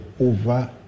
over